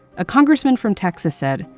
a congressman from texas said,